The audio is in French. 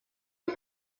est